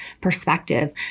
perspective